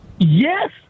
Yes